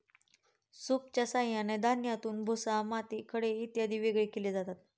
सूपच्या साहाय्याने धान्यातून भुसा, माती, खडे इत्यादी वेगळे केले जातात